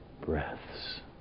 breaths